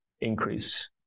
increase